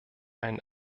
einen